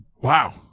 wow